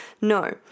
No